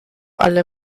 alle